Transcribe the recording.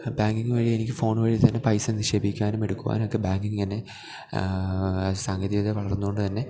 banking വഴി എനിക്ക് phone വഴി തന്നെ പൈസ നിഷേപിക്കുവാനും എടുക്കുവാനും ഒക്കെ ബാങ്കിംഗ് തന്നെ സാങ്കേതികവിദ്യ വളര്ന്ന കൊണ്ട് തന്നെ